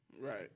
Right